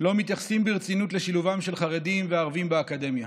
לא מתייחסים ברצינות לשילובם של חרדים וערבים באקדמיה.